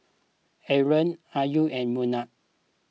Aaron Ayu and Munah